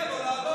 מגיע לו לעלות.